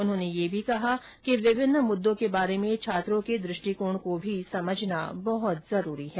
उन्होंने यह भी कहा कि विभिन्न मुद्दों के बारे में छात्रों के दृष्टिकोण को भी समझना बहुत जरूरी है